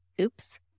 oops